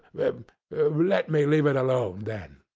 let me leave it alone, then,